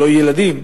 לא ילדים,